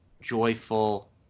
joyful